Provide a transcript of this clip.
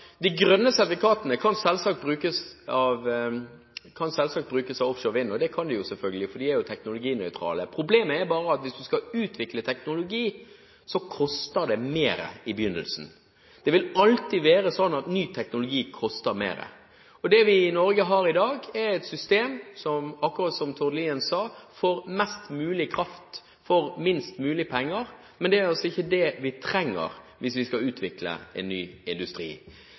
de grønne sertifikatene selvsagt kan brukes for offshore vind – og det kan de jo, selvfølgelig, for de er teknologinøytrale. Problemet er bare at hvis en skal utvikle teknologi, koster det mer i begynnelsen. Det vil alltid være slik at ny teknologi koster mer. Det vi i Norge har i dag, er et system som – akkurat som Tord Lien sa – får mest mulig kraft for minst mulig penger. Men det er altså ikke det vi trenger, hvis vi skal utvikle en ny industri.